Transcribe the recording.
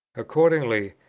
accordingly,